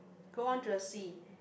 go on to the sea